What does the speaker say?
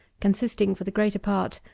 consisting, for the greater part,